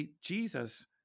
Jesus